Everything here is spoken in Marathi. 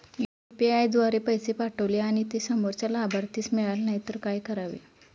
यु.पी.आय द्वारे पैसे पाठवले आणि ते समोरच्या लाभार्थीस मिळाले नाही तर काय करावे?